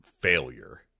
failure